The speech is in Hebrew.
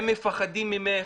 הם מפחדים ממך,